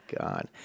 god